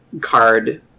card